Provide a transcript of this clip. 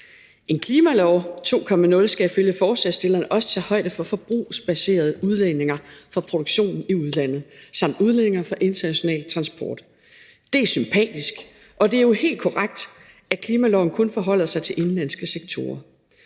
En klimalov 2.0 skal ifølge forslagsstillerne også tage højde for forbrugsbaserede udledninger fra produktion i udlandet samt udledninger fra international transport. Det er sympatisk, og det er jo helt korrekt, at klimaloven kun forholder sig til indenlandske sektorer.